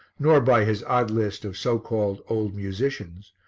nor by his odd list of so-called old musicians,